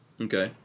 Okay